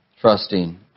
trusting